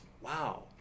Wow